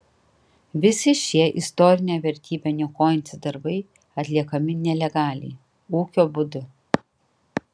visi šie istorinę vertybę niokojantys darbai atliekami nelegaliai ūkio būdu